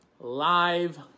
live